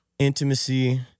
Intimacy